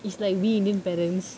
it's like we indian parents